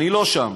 אני לא שם.